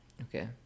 okay